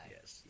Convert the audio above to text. Yes